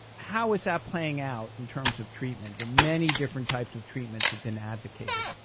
how is that playing out in terms of treatment? that many different types of treatments have been advocated?